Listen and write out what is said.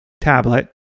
tablet